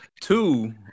Two